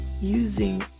using